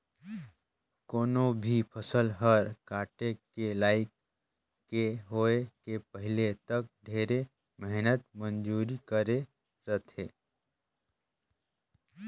कोनो भी फसल हर काटे के लइक के होए के पहिले तक ढेरे मेहनत मंजूरी करे रथे